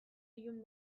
ilun